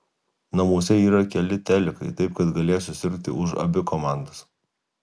namuose yra keli telikai taip kad galėsiu sirgti už abi komandas